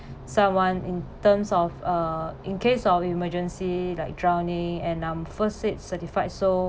someone in terms of uh in case of emergency like drowning and I'm first aid certified so